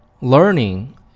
learning